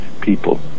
people